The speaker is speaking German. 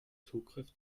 zugriff